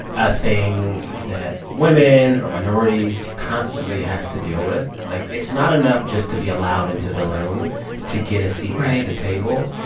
a thing that women or minorities constantly have to deal with. like, it's not enough just to be allowed into the room to get a seat. right. at the table.